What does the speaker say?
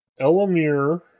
Elamir